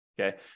okay